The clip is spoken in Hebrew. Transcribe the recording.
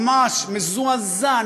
ממש מזועזע,